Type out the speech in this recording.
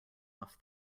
off